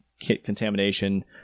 contamination